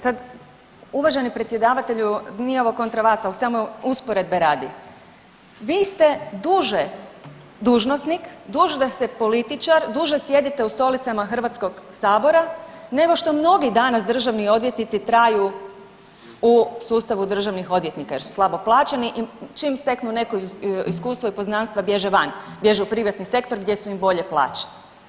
Sad uvaženi predsjedavatelju nije ovo kontra vas, ali samo usporedbe radi, vi ste duže dužnosnik, duže ste političar, duže sjedite u stolicama HS-a nego što mnogi danas državni odvjetnici traju u sustavu državnih odvjetnika jer su slabo plaćeni i čim steknu neko iskustvo i poznanstva bježe van, bježi u privatni sektor gdje su im bolje plaće.